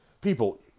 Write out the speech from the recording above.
People